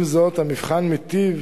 עם זאת, המבחן מיטיב